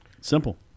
simple